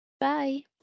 Bye